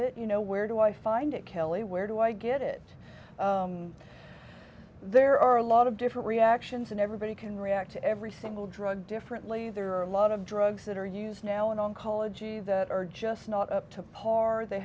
it you know where do i find it kelly where do i get it there are a lot of different reactions and everybody can react to every single drug differently there are a lot of drugs that are used now in oncology that are just not up to par they